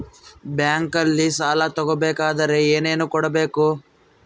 ಬ್ಯಾಂಕಲ್ಲಿ ಸಾಲ ತಗೋ ಬೇಕಾದರೆ ಏನೇನು ಕೊಡಬೇಕು?